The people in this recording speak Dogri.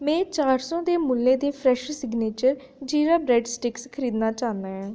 में चार सौ दे मुल्ले दियां fresh signature jeera bread sticks खरीदना चाह्न्ना ऐ